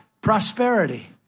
prosperity